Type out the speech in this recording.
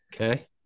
Okay